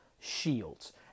shields